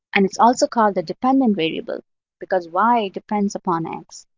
and it's also called the dependent variable because y depends upon x.